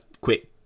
quick